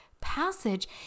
passage